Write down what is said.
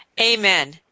Amen